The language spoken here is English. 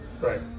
Right